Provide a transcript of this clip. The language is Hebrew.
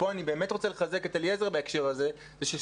ואני באמת רוצה לחזק את אליעזר בוך בהקשר הזה שכאשר